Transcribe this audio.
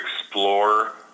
explore